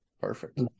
Perfect